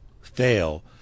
fail